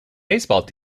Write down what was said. baseball